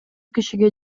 кишиге